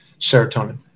serotonin